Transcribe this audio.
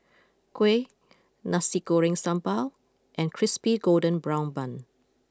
Kuih Nasi Goreng Sambal and Crispy Golden Brown Bun